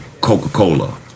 Coca-Cola